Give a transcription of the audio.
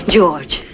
George